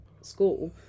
school